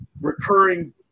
recurring